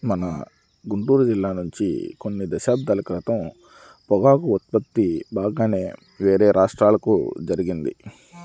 మన గుంటూరు జిల్లా నుంచి కొన్ని దశాబ్దాల క్రితం పొగాకు ఉత్పత్తి బాగానే వేరే రాష్ట్రాలకు జరిగింది